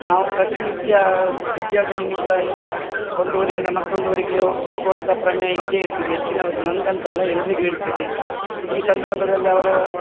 ನಾವು ಪ್ರತಿನಿತ್ಯ ಉದ್ಯೋಗ ನಿಮಿತ್ತ ಒಂದು ಊರಿಂದ ಮತ್ತೊಂದು ಊರಿಗೆ ಹೋಗುವಂತ ಪ್ರಮೇಯ ಇದ್ದೇ ಇರ್ತದೆ ಹೆಚ್ಚಿನವ್ರಿಗೆ ನನ್ಗೆ ಅಂತಲ್ಲ ಎಲ್ಲರಿಗೂ ಇರ್ತದೆ ಈ ಸಂದರ್ಭದಲ್ಲಿ ಅವರು